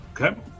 Okay